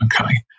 okay